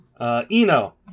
Eno